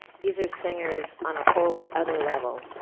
these are singers on a whole other level.